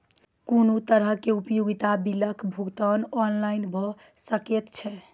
कुनू तरहक उपयोगिता बिलक भुगतान ऑनलाइन भऽ सकैत छै?